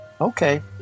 Okay